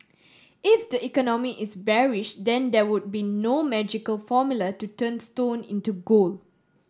if the economy is bearish then there would be no magical formula to turn stone into gold